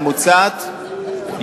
המוצעת,